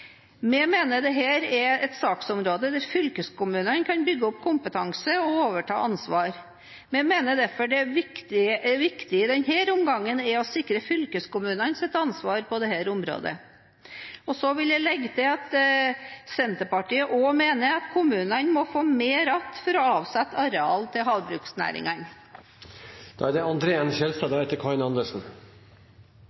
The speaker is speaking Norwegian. Vi mener dette er et saksområde der fylkeskommunene kan bygge opp kompetanse og overta ansvar. Vi mener derfor det viktige i denne omgangen er å sikre fylkeskommunenes ansvar på dette området. Jeg vil legge til at Senterpartiet også mener at kommunene må få mer igjen for å avsette arealer til havbruksnæringene. Det er